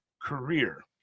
career